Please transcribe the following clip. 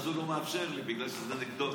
אז הוא לא מאפשר בגלל שזה נגדו,